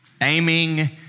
aiming